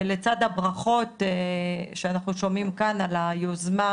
לצד הברכות, שאנחנו שומעים כאן, על היוזמה,